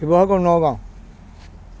Sivasagar Nagaon